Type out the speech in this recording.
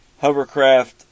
hovercraft